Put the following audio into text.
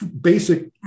basic